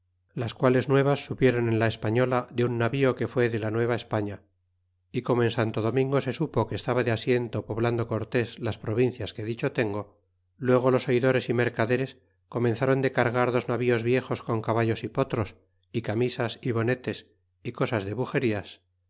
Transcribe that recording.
las quales nuevas supieron en la española de un navío que fué de la nueva españa y como en santo domingo se supo que estaba de asiento poblando corlés las provincias que dicho te o luego los oidores y mercaderes comenzron de cargar dos navíos viejos con caballos y potros y camisas y bonetes y cosas